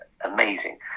amazing